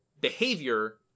behavior